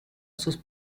sus